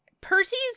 Percy's